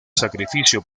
sacrificio